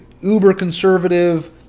uber-conservative